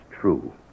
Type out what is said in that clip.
true